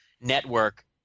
network